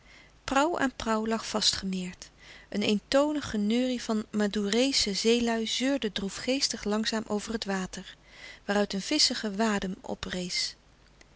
aan prauw lag vastgemeerd een eentonig geneurie van madoereesche zeelui zeurde droefgeestig langzaam over het water waaruit een visschige wadem oprees